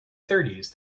thirties